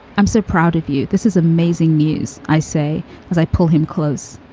i'm so proud of you. this is amazing news, i say as i pull him close.